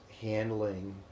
handling